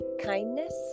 kindness